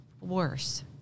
worse